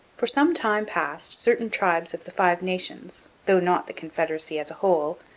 for some time past certain tribes of the five nations, though not the confederacy as a whole,